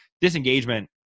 disengagement